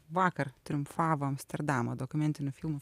vakar triumfavo amsterdamo dokumentinių filmų